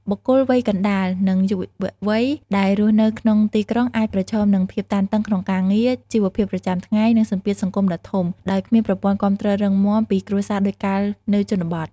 បុគ្គលវ័យកណ្ដាល និងយុវវ័យដែលរស់នៅក្នុងទីក្រុងអាចប្រឈមនឹងភាពតានតឹងក្នុងការងារ ជីវភាពប្រចាំថ្ងៃ និងសម្ពាធសង្គមដ៏ធំ ដោយគ្មានប្រព័ន្ធគាំទ្ររឹងមាំពីគ្រួសារដូចកាលនៅជនបទ។